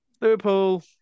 Liverpool